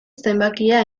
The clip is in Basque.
zenbakia